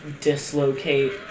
dislocate